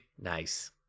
Nice